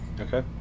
okay